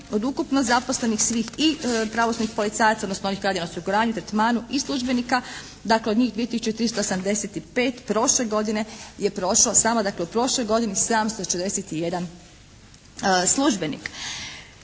od ukupno zaposlenih svih i pravosudnih policajaca, odnosno onih koji rade na osiguranju, tretmanu i službenika, dakle od njih 2385 prošle godine je prošlo samo dakle u prošloj godini 741 službenik.